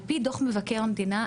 על-פי דוח מבקר המדינה,